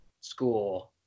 school